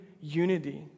unity